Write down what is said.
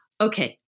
Okay